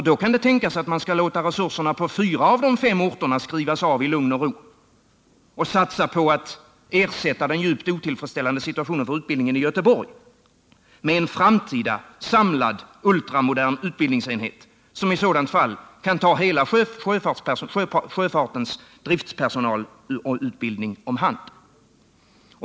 Då kan det tänkas att man skall låta resurserna på fyra av de fem orterna skrivas av i lugn och ro och satsa på att ersätta den djupt otillfredsställande situationen för utbildningen i Göteborg med en framtida samlad, ultramodern utbildningsenhet, som i sådant fall kan ta hela sjöfartens driftpersonalutbildning om hand.